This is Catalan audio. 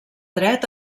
dret